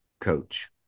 coach